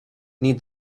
need